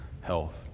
health